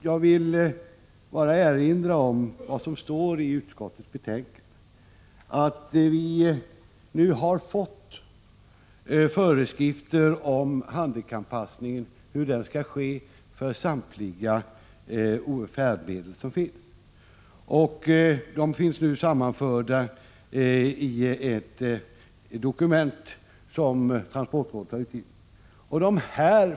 Låt mig bara erinra om vad som står i utskottets betänkande, att vi nu har fått föreskrifter om hur handikappanpassningen skall ske för samtliga färdmedel som finns. Dessa föreskrifter är nu sammanförda i ett dokument som Transportrådet har utgivit.